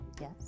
Yes